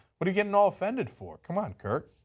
what are you getting all offended for? come on, curt.